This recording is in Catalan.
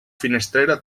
finestrera